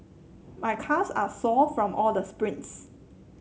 my calves are sore from all the sprints